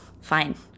fine